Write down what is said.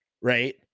right